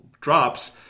drops